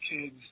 kids